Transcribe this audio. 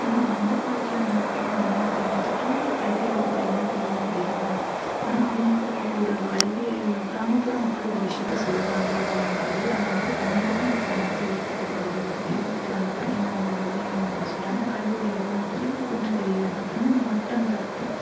ஆனால் அந்த காலத்தில் நம்ம அப்பா அம்மா அப்படினு எடுத்துகிட்டோம்னா அவங்களுக்கு கல்வி அறிவு அப்படிங்கறது இருந்தது இல்லைதான் ஆனால் அவங்க இப்போ ஒரு கல்வி கிராமப்புற மக்களும் ஒரு விஷயத்தை சொல்றாங்க அப்படிங்கம்போது அதை வந்துட்டு கண்டிப்பாக இந்த சமூகம் ஏத்துக்கறதில்லை யோசிக்கிறாங்க தயங்குறாங்க ஏன் இவங்க இப்படி சொல்கிறாங்க ஏன்னா கல்வி அறிவு இல்லாத போது இவங்களுக்கு ஒன்றும் தெரியாது அப்படினு மட்டந்தட்டி